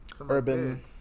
urban